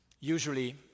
Usually